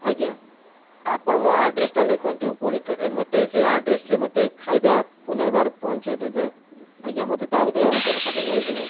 ଆଜ୍ଞା ଆପଣ ମୋ ଆଡ଼୍ରେସ୍ ଟା ଲେଖନ୍ତୁ ପୁଣିଥରେ ମୋତେ ସେ ଆଡ଼୍ରେସ୍ ରେ ମୋତେ ଖାଇବା ପୁନର୍ବାର ପହଞ୍ଚେଇଦେବେ ଆଜ୍ଞା ମୋତେ ତା ବଦଳରେ ରିଟର୍ଣ୍ଣ ଖାଦ୍ୟ ମିଳିଯିବ